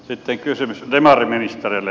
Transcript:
sitten kysymys demariministereille